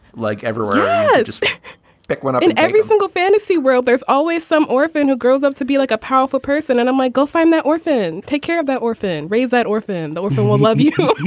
like everyone just pick one up in every single fantasy world, there's always some orphan who grows up to be like a powerful person. and i'm like, go find that orphan. take care of that orphan raised that orphan the orphan will love you.